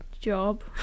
job